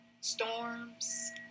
storms